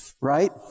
right